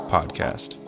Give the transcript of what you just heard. Podcast